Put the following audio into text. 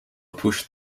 pushed